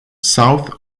south